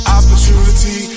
opportunity